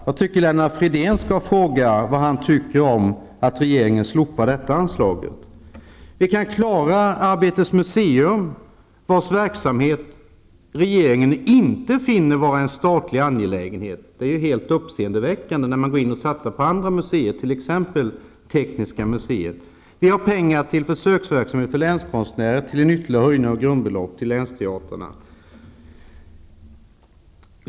Jag tycker att Lennart Fridén skall säga vad han anser om att regeringen vill slopa detta anslag. Ökningen av reformramen kan bidra till att man klarar Arbetets museum, vars verksamhet regeringen inte finner vara en statlig angelägenhet. Detta är helt uppseendeväckande med tanke på att man samtidigt går in och satsar på andra muséer, t.ex. tekniska muséet. Dessutom ger det pengar till försöksverksamhet för länskonstnärer och till en ytterligare höjning av antalet grundbelopp till länsteatrarna.